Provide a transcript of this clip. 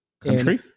Country